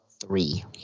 three